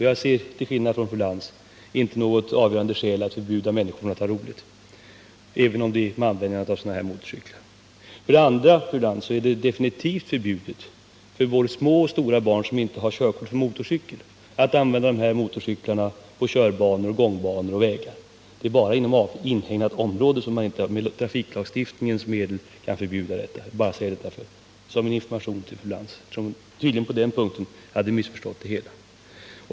Jag ser till skillnad från fru Lantz inte något avgörande skäl att förbjuda människorna att ha roligt, även om det sker med hjälp av sådana här motorcyklar. För det andra, fru Lantz, är det definitivt förbjudet för både små och stora barn som inte har körkort för motorcykel att använda dessa motorcyklar på körbanor, gångbanor och vägar. Det är bara inom inhägnat område som man inte med trafiklagstiftningens medel kan förbjuda deras användning. Jag säger detta bara som en information till fru Lantz, som tydligen på den punkten hade missförstått det hela.